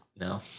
No